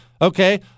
Okay